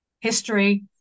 history